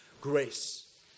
grace